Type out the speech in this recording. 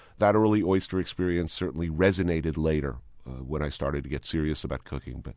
that early oyster experience certainly resonated later when i started to get serious about cooking. but